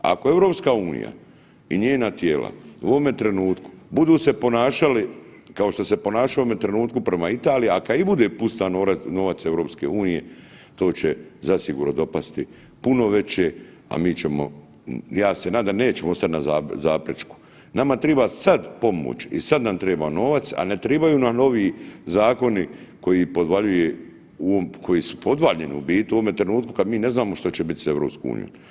Ako EU i njena tijela u ovome trenutku budu se ponašali kao što se ponaša u ovome trenutku prema Italiji, a i kada bude …/nerazumljivo/… novac EU to će zasigurno dopasti puno veće, a mi ćemo, ja se nadam da nećemo ostati na zapečku, nama triba sad pomoć i sad nam triba novac, a ne tribaju nam ovi zakoni koji podvaljuje u ovom koji su podvaljeni u biti u ovome trenutku kad mi ne znamo što će biti s EU.